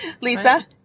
Lisa